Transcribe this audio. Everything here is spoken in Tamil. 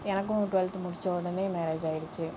எனக்கும் டூவெல்த் முடிச்ச உடனே மேரேஜ் ஆகிடுச்சி